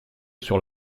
sur